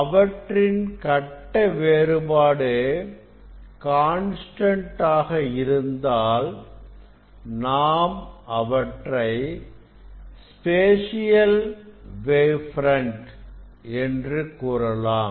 அவற்றின் கட்ட வேறுபாடு கான்ஸ்டன்ட் ஆக இருந்தாள்நாம் அவற்றை ஸ்பேசியல் வேவ் பிரண்ட் என்று கூறலாம்